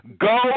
go